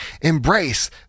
Embrace